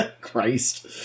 Christ